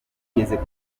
kuvuga